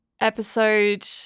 episode